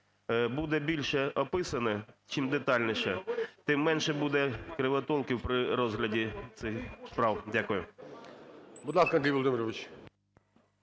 буде більше описано, чим детальніше, тим менше буде кривотолків при розгляді цих справ. Дякую. ГОЛОВУЮЧИЙ. Будь ласка, Андрій Володимирович.